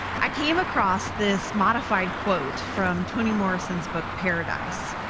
i came across this modified quote from toni morrison's book, paradise.